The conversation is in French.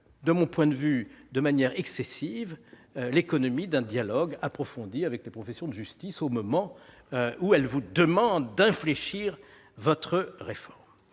selon moi de manière excessive, l'économie d'un dialogue approfondi avec les professions de justice au moment où elles vous demandent d'infléchir votre réforme.